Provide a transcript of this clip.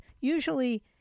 usually